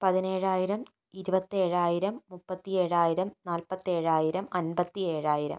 പതിനേഴായിരം ഇരുപത്തി ഏഴായിരം മുപ്പത്തി ഏഴായിരം നാല്പത്തേഴായിരം അൻപത്തി ഏഴായിരം